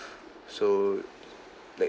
so like